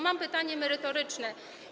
Mam pytanie merytoryczne.